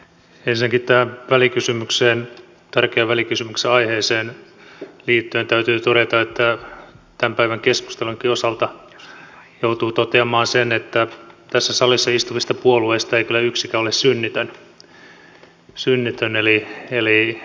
ensinnäkin tämän tärkeän välikysymyksen aiheeseen liittyen täytyy todeta että tämän päivän keskustelunkin osalta joutuu toteamaan sen että tässä salissa istuvista puolueista ei kyllä yksikään ole synnitön